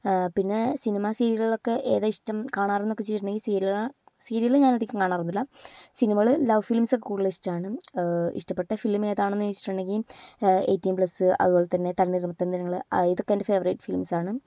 പിന്നെ സിനിമ സീരിയലുകളൊക്കെ ഏതാ ഇഷ്ട്ടം കാണാറെന്ന് ചോദിച്ചിട്ടുണ്ടെങ്കിൽ സീരിയല് സീരിയല് ഞാനധികം കാണാറൊന്നുല്ല സിനിമകള് ലവ് ഫിലിംസൊക്കെ കൂടുതല് ഇഷ്ട്ടാണ് ഇഷ്ട്ടപ്പെട്ട ഫിലിം ഏതാണെന്ന് ചോദിച്ചിട്ടുണ്ടെങ്കിൽ എയ്റ്റീൻ പ്ലസ് അതുപോലെ തന്നെ തണ്ണീർ മത്തൻ ദിനങ്ങള് ഇതൊക്കെ എൻ്റെ ഫേവറിറ്റ് ഫിലിംസാണ്